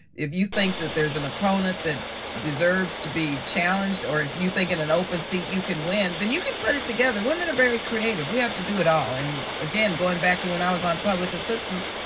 if you think that there's an opponent that deserves to be challenged or if you think in an open seat, you can win, then you can put it together. women are very creative. we have to do it all. again, going back to when i was on public assistance.